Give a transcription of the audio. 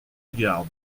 garde